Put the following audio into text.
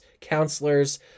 counselors